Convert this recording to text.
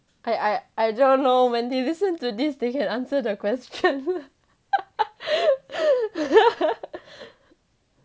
I I I don't know when they listen to this they can answer the question